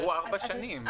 עברו ארבע שנים.